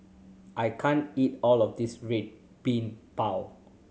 I can't eat all of this Red Bean Bao